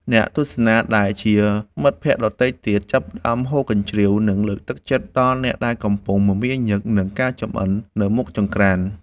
អ្នកទស្សនាដែលជាមិត្តភក្តិដទៃទៀត ចាប់ផ្ដើមហ៊ោកញ្ជ្រៀវ និងលើកទឹកចិត្តដល់អ្នកដែលកំពុងមមាញឹកនឹងការចម្អិននៅមុខចង្ក្រាន។